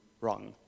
wrong